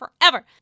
forever